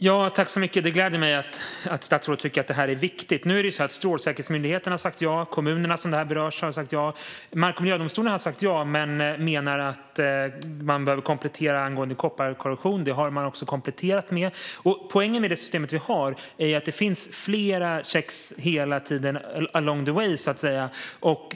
Fru talman! Det gläder mig att statsrådet tycker att det här är viktigt. Nu är det ju så att Strålsäkerhetsmyndigheten har sagt ja, och kommunerna som berörs har sagt ja. Även Mark och miljödomstolen har sagt ja men menar att man behöver komplettera angående kopparkorrosion, vilket också har gjorts. Poängen med det system vi har är att det finns flera kontroller på vägen.